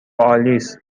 آلیس